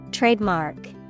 Trademark